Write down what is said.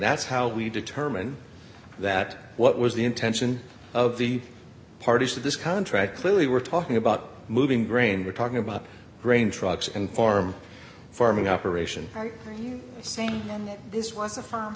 that's how we determine that what was the intention of the parties to this contract clearly we're talking about moving grain we're talking about grain trucks and farm farming operation saying this was a farm